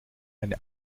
eine